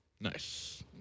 Nice